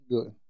Good